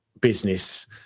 business